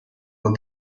were